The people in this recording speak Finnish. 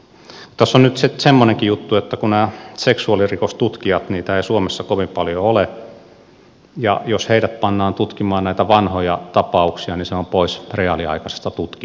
tässä on nyt sitten semmoinenkin juttu että jos nämä seksuaalirikostutkijat niitä ei suomessa kovin paljon ole pannaan tutkimaan näitä vanhoja tapauksia niin se on pois reaaliaikaisesta tutkinnasta